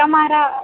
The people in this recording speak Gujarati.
તમારા